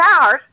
hours